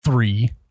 Three